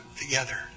together